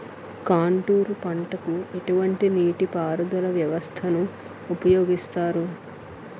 Contour పంటకు ఎటువంటి నీటిపారుదల వ్యవస్థను ఉపయోగిస్తారు?